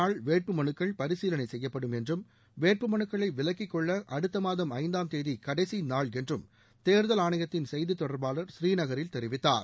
நாள் வேட்புமனுக்கள் பரிசீலனை செய்யப்படும் என்றும் வேட்புமனுக்களை அடுத்த விலக்கிக்கொள்ள அடுத்த மாதம் ஐந்தாம் தேதி கடைசி நாள் என்றும் தேர்தல் ஆணையத்தின் செய்தித் தொடர்பாளர் புநீநகரில் தெரிவித்தார்